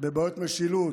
בבעיות משילות,